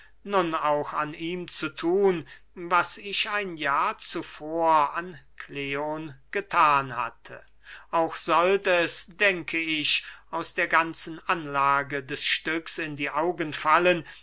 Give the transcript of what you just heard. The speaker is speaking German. nun auch an ihm zu thun was ich ein jahr zuvor an kleon gethan hatte auch sollt es denke ich aus der ganzen anlage des stücks in die augen fallen